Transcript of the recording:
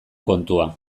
kontua